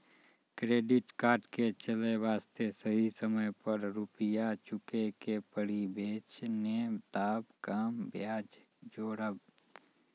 Credit card के चले वास्ते सही समय पर रुपिया चुके के पड़ी बेंच ने ताब कम ब्याज जोरब?